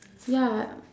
ya